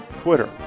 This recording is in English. Twitter